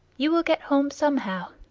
you will get home somehow.